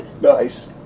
Nice